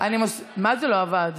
מה זה לא עבד?